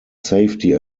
safety